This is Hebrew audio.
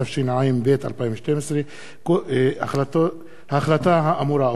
התשע"ב 2012. ההחלטה האמורה,